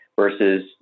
Versus